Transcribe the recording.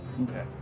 Okay